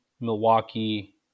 Milwaukee